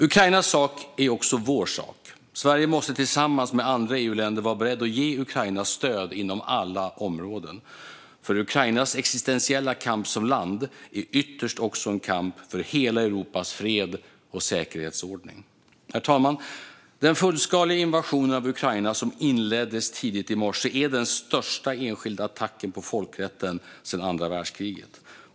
Ukrainas sak är också vår sak. Sverige måste tillsammans med andra EU-länder vara berett att ge Ukraina stöd inom alla områden, för Ukrainas existentiella kamp som land är ytterst också en kamp för hela Europas fred och säkerhetsordning. Herr talman! Den fullskaliga invasion av Ukraina som inleddes tidigt i morse är den största enskilda attacken på folkrätten sedan andra världskriget.